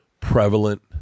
prevalent